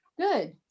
good